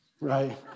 right